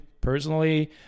personally